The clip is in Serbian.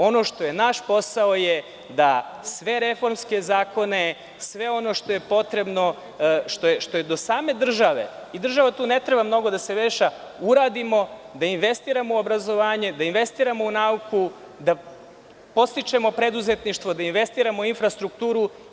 Ono što je naš posao jeste da sve reformske zakone, sve ono što je potrebno, što je do same države i država ne treba tu mnogo da se meša, uradimo i investiramo u obrazovanje, da investiramo u nauku, da podstičemo preduzetništvo, da investiramo u infrastrukturu.